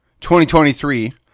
2023